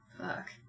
Fuck